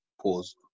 pause